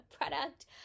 product